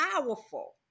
powerful